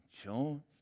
Jones